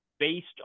based